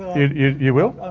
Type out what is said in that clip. you you will?